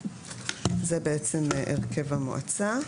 התשי"ג 1953. זה בעצם הרכב המועצה,